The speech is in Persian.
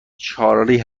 چارلی